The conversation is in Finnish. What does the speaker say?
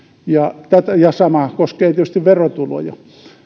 ja sama koskee tietysti verotuloja